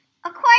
According